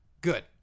good